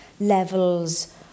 levels